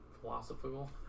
philosophical